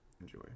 enjoy